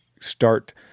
start